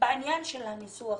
לגבי הניסוח: